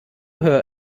her